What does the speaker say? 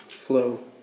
flow